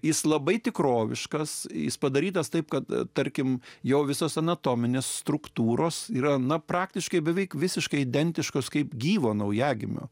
jis labai tikroviškas jis padarytas taip kad tarkim jo visos anatominės struktūros yra na praktiškai beveik visiškai identiškos kaip gyvo naujagimio